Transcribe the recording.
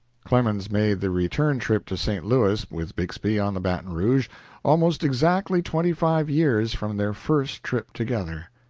clemens made the return trip to st. louis with bixby on the baton rouge almost exactly twenty-five years from their first trip together.